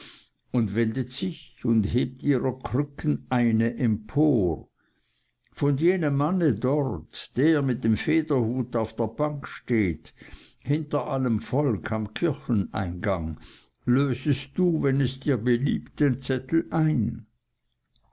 und wendet sich und hebt ihrer krücken eine empor von jenem mann dort der mit dem federhut auf der bank steht hinter allem volk am kircheneingang lösest du wenn es dir beliebt den zettel ein